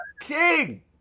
king